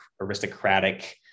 aristocratic